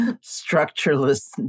structureless